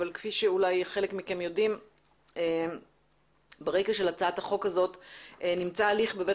אבל כפי שחלק מכם יודעים ברקע של הצעת החוק הזו נמצא הליך בבית